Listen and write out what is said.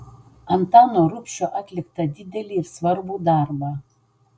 antano rubšio atliktą didelį ir svarbų darbą